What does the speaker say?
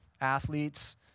athletes